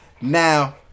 Now